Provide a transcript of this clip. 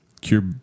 Cure